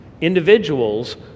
individuals